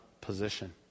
position